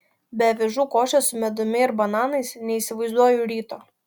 be avižų košės su medumi ir bananais neįsivaizduoju ryto